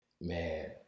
man